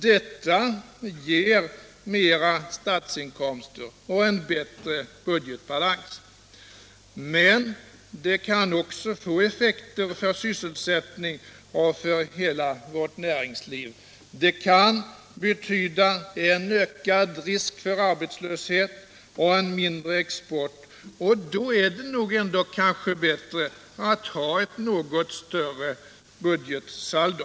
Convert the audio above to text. Detta ger större statsinkomster och en bättre budgetbalans, men det kan också få effekter för sysselsättningen och för hela vårt näringsliv, det kan betyda en ökad risk för arbetslöshet och en mindre export, och då är det kanske bättre att ha ett något större budgetsaldo.